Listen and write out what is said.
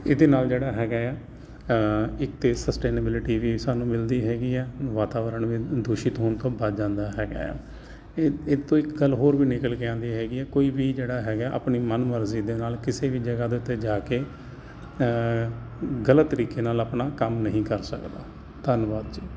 ਇਹਦੇ ਨਾਲ ਜਿਹੜਾ ਹੈਗਾ ਆ ਇੱਕ ਤਾਂ ਸਸਟੈਨਬਿਲਿਟੀ ਵੀ ਸਾਨੂੰ ਮਿਲਦੀ ਹੈਗੀ ਹੈ ਵਾਤਾਵਰਣ ਵੀ ਦੂਸ਼ਿਤ ਹੋਣ ਤੋਂ ਬਚ ਜਾਂਦਾ ਹੈਗਾ ਇ ਇਹ ਤੋਂ ਇੱਕ ਗੱਲ ਹੋਰ ਵੀ ਨਿਕਲ ਕੇ ਆਉਂਦੀ ਹੈਗੀ ਹੈ ਕੋਈ ਵੀ ਜਿਹੜਾ ਹੈਗਾ ਆਪਣੀ ਮਨ ਮਰਜ਼ੀ ਦੇ ਨਾਲ ਕਿਸੇ ਵੀ ਜਗ੍ਹਾ ਦੇ ਉੱਤੇ ਜਾ ਕੇ ਗਲਤ ਤਰੀਕੇ ਨਾਲ ਆਪਣਾ ਕੰਮ ਨਹੀਂ ਕਰ ਸਕਦਾ ਧੰਨਵਾਦ ਜੀ